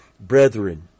Brethren